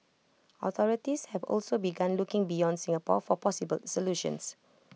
authorities have also begun looking beyond Singapore for possible solutions